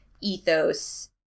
ethos